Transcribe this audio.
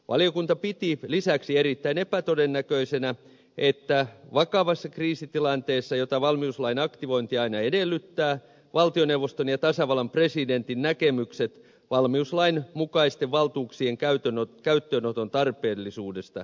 valiokunta piti lisäksi erittäin epätodennäköisenä että vakavassa kriisitilanteessa jota valmiuslain aktivointi aina edellyttää valtioneuvoston ja tasavallan presidentin näkemykset valmiuslain mukaisten valtuuksien käyttöönoton tarpeellisuudesta eriäisivät